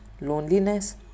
loneliness